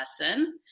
lesson